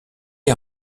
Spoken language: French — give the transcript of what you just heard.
est